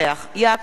(קוראת בשמות חברי הכנסת) יעקב כץ,